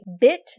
bit